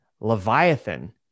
Leviathan